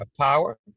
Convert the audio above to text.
power